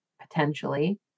potentially